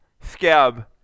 Scab